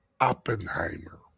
Oppenheimer